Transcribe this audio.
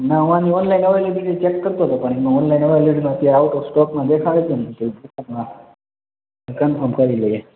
ના હું આની ઓનલાઇન અવેલેબી ચેક કરતો હતો પણ એની ઓનલાઇન અવેલિબિલિટીમાં અત્યારે આઉટ ઓફ સ્ટોકમાં દેખાડે છે એમ તો તો કન્ફર્મ કરી લઇએ